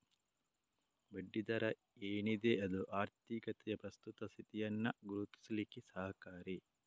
ಬಡ್ಡಿ ದರ ಏನಿದೆ ಅದು ಆರ್ಥಿಕತೆಯ ಪ್ರಸ್ತುತ ಸ್ಥಿತಿಯನ್ನ ಗುರುತಿಸ್ಲಿಕ್ಕೆ ಸಹಕಾರಿ